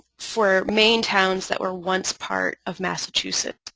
for maine towns that were once part of massachusetts? a